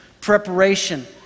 Preparation